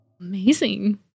Amazing